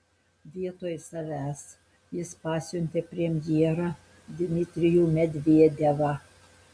vietoj savęs jis pasiuntė premjerą dmitrijų medvedevą